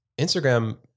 Instagram